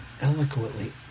eloquently